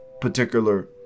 particular